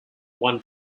won